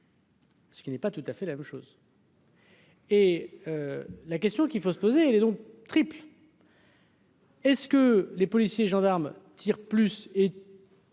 Ce qui n'est pas tout à fait la même chose. Et la question qu'il faut se poser les donc triple. Est ce que les policiers gendarmes tirent plus et.